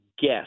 guess